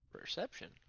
perception